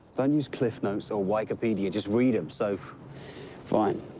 don't use cliffnotes or wikipedia. just read them. so fine.